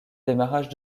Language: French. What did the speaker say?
démarrage